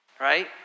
Right